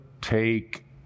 take